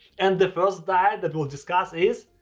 and the first diet that we'll discuss is,